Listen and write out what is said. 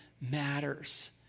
matters